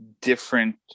different